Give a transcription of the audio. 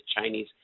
Chinese